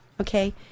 okay